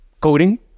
coding